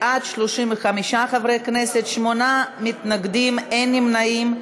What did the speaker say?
בעד, 35 חברי כנסת, שמונה מתנגדים, אין נמנעים.